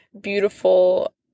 beautiful